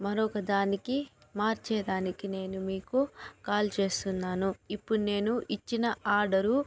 మరొక దానికి మార్చే దానికి నేను మీకు కాల్ చేస్తున్నాను ఇప్పుడు నేను ఇచ్చిన ఆర్డరు